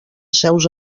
seus